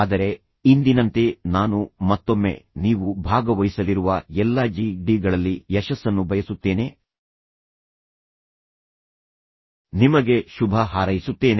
ಆದರೆ ಇಂದಿನಂತೆ ನಾನು ಮತ್ತೊಮ್ಮೆ ನೀವು ಭಾಗವಹಿಸಲಿರುವ ಎಲ್ಲಾ ಜಿ ಡಿ ಗಳಲ್ಲಿ ಯಶಸ್ಸನ್ನು ಬಯಸುತ್ತೇನೆ ನಿಮಗೆ ಶುಭ ಹಾರೈಸುತ್ತೇನೆ